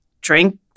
Drink